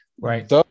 Right